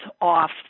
off